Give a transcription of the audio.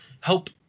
help